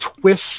twist